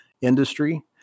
industry